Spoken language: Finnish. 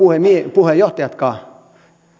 puheenjohtajatkaan